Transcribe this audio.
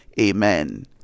Amen